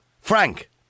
Frank